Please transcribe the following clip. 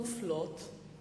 לסדרי ניהול דיונים על תקציב